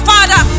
Father